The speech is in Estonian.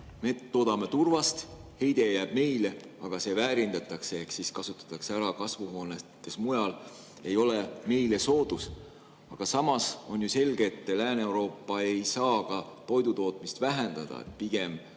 me toodame turvast ja heide jääb meile, aga see väärindatakse ehk kasutatakse kasvuhoonetes ära mujal, ei ole meile soodus. Aga samas on selge, et Lääne-Euroopa ei saa ka toidutootmist vähendada. Pigem